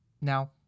Now